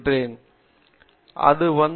பேராசிரியர் பிரதாப் ஹரிதாஸ் சரி